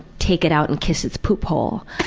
take it out and kiss its poop hole?